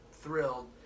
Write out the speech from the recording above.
thrilled